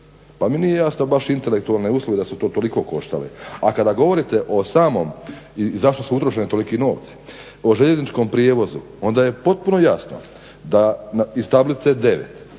pa mi nije jasno baš intelektualne usluge da su to toliko koštale a kada govorite o samom i zašto su utrošeni toliki novci o željezničkom prijevozu, onda je potpuno jasno da iz tablice 9